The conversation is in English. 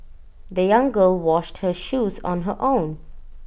the young girl washed her shoes on her own